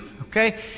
okay